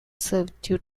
servitude